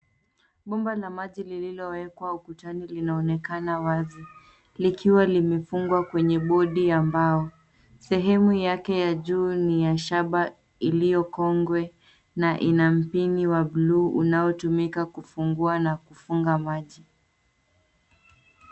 Bomba la maji lililowekwa ukutani linaonekana wazi likiwa limefungwa kwenye bodi ya mbao. Sehemu yake ya juu ni ya shaba iliyo kongwe na ina mpini wa buluu unaotumika kufungua na kufunga maji.